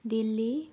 Delhi